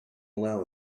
allow